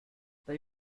they